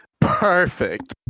Perfect